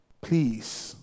Please